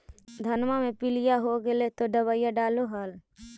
धनमा मे पीलिया हो गेल तो दबैया डालो हल?